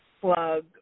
plug